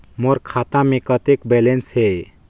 मोर खाता मे कतेक बैलेंस हे?